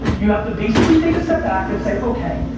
you have to basically take a step back and say okay,